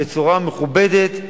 בצורה מכובדת,